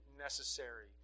necessary